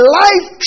life